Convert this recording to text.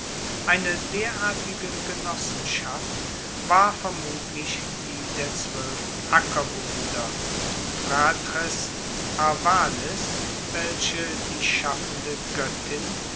eine derartige genossenschaft war vermutlich die der zwoelf ackerbrueder fratres arvales welche die schaffende goettin